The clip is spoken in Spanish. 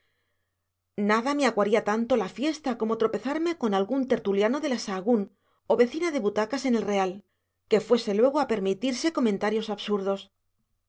nada me aguaría tanto la fiesta como tropezarme con algún tertuliano de la sahagún o vecina de butacas en el real que fuese luego a permitirse comentarios absurdos